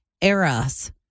Eros